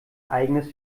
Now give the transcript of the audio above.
eigenes